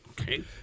Okay